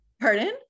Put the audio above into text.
Pardon